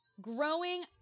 growing